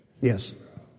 Yes